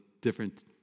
different